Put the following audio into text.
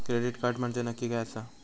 Credit card म्हंजे नक्की काय आसा?